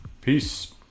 Peace